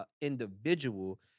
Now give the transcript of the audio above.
individual